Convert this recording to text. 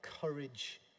courage